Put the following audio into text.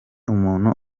umuntu